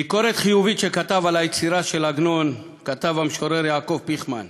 ביקורת חיובית שכתב על היצירה של עגנון כתב המשורר יעקב פיכמן: